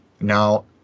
Now